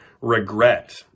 regret